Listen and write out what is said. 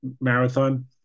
marathon